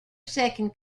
second